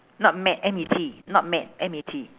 not met M E T not met M E T